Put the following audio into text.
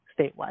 statewide